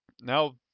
now